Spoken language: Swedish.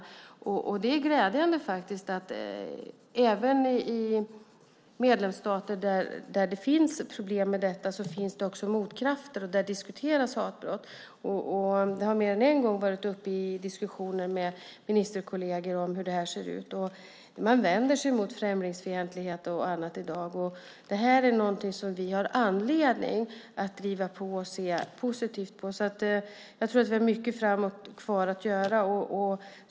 Det är faktiskt glädjande att det även i medlemsstater där det finns problem med detta också finns motkrafter, och där diskuteras hatbrott. Det har mer än en gång varit diskussioner uppe med ministerkolleger om hur det här ser ut, och man vänder sig mot främlingsfientlighet och annat i dag. Här har vi anledning att driva på och se positivt, men jag tror att vi har mycket kvar att göra.